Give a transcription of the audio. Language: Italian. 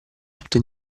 tutta